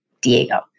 Diego